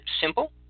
simple